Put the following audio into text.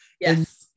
Yes